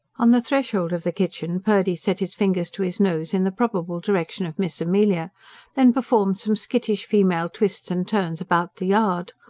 on the threshold of the kitchen purdy set his fingers to his nose in the probable direction of miss amelia then performed some skittish female twists and turns about the yard.